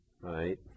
right